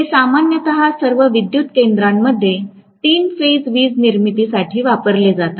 हे सामान्यत सर्व विद्युत केंद्रांमध्ये तीन फेज वीज निर्मितीसाठी वापरले जातात